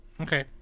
Okay